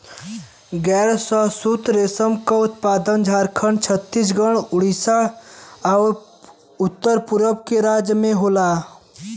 गैर शहतूत रेशम क उत्पादन झारखंड, छतीसगढ़, उड़ीसा आउर उत्तर पूरब के राज्य में होला